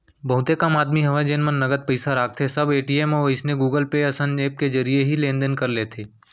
बहुते कम आदमी हवय जेन मन नगद पइसा राखथें सब ए.टी.एम अउ अइसने गुगल पे असन ऐप के जरिए ही लेन देन कर लेथे